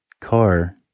car